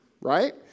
right